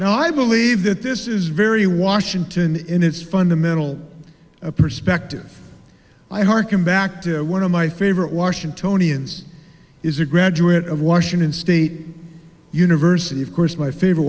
now i believe that this is very washington in its fundamental perspective i hearken back to one of my favorite washingtonians is a graduate of washington state university of course my favorite